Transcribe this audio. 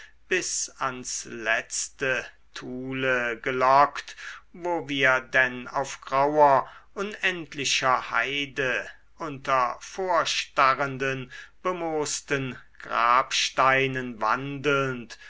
bis ans letzte thule gelockt wo wir denn auf grauer unendlicher heide unter vorstarrenden bemoosten grabsteinen wandelnd